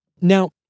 Now